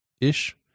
ish